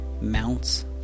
mounts